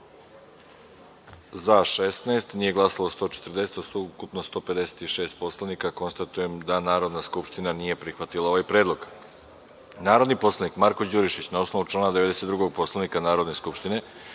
nema, nije glasalo – 140, od ukupno 156 narodnih poslanika. Konstatujem da Narodna skupština nije prihvatila ovaj predlog. Narodni poslanik Marko Đurišić, na osnovu člana 92. Poslovnika Narodne skupštine,